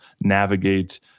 navigate